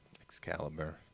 Excalibur